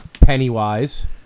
Pennywise